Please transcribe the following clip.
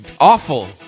awful